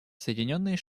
соединенные